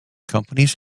companies